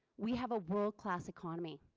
we have a world class economy.